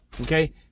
okay